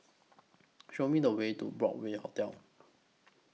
Show Me The Way to Broadway Hotel